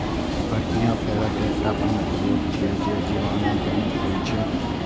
फड़कियां भेड़क एकटा प्रमुख रोग छियै, जे जीवाणु जनित होइ छै